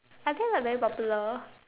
I think they're very popular